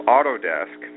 Autodesk